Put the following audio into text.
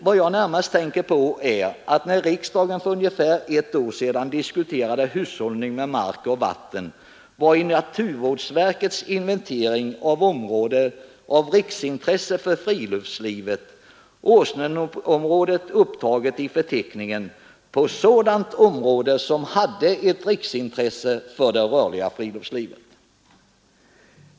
Vad jag närmast tänker på är att när riksdagen för ungefär ett år sedan diskuterade hushållning med mark och vatten var i naturvårdsverkets inventering av områden av riksintresse för friluftslivet Åsnenområdet upptaget i förteckningen på sådant område som om det hade ett riksintresse för det rörliga friluftslivet.